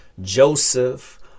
Joseph